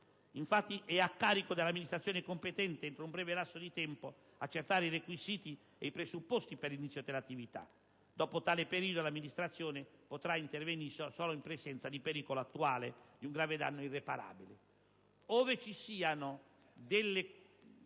Infatti, è a carico dell'amministrazione competente, entro un breve lasso di tempo, accertare i requisiti e i presupposti per l'inizio dell'attività; dopo tale periodo l'amministrazione potrà intervenire solo in presenza di pericolo attuale di un danno grave e irreparabile.